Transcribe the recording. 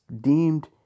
deemed